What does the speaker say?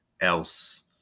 else